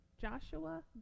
Joshua